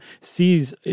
sees